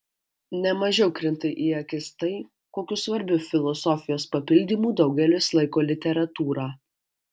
ne mažiau krinta į akis tai kokiu svarbiu filosofijos papildymu daugelis laiko literatūrą